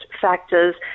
factors